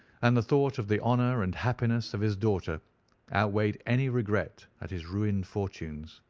and the thought of the honour and happiness of his daughter outweighed any regret at his ruined fortunes.